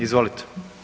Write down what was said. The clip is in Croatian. Izvolite.